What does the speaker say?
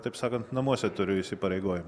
taip sakant namuose turiu įsipareigojimų